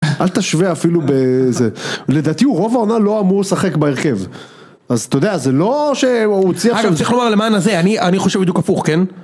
אל תשווה אפילו בזה לדעתי הוא רוב העונה לא אמור לשחק בהרכב אז אתה יודע זה לא שהוא צריך... אני חושב בדיוק הפוך כן?